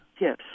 Yes